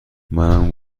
منم